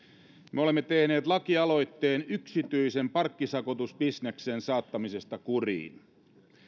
me olemme tehneet lakialoitteen yksityisen parkkisakotusbisneksen saattamisesta kuriin